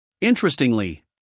Interestingly